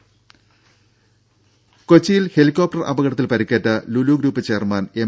രമേ കൊച്ചിയിൽ ഹെലികോപ്റ്റർ അപകടത്തിൽ പരിക്കേറ്റ ലുലു ഗ്രൂപ്പ് ചെയർമാൻ എം